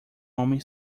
homem